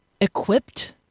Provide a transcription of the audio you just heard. equipped